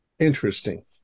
interesting